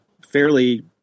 fairly